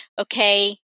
okay